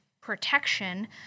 protection